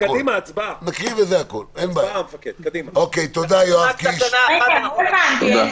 להקטין תחלואה ולאפשר למדינת ישראל --- בעיקר לא סומכים עליך.